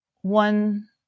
one